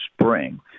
spring